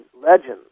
legends